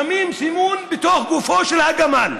גורמים נזק, שמים סימון בתוך גופו של הגמל.